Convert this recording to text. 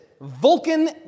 Vulcan